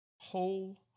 Whole